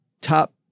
top